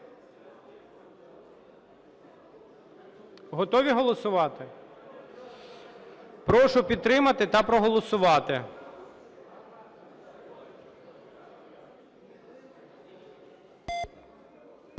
Готові голосувати? Прошу підтримати та проголосувати.